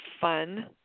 fun